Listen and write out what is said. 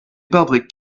public